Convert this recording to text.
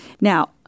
Now